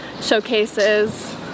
showcases